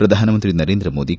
ಪ್ರಧಾನಮಂತ್ರಿ ನರೇಂದ್ರ ಮೋದಿ ಕರೆ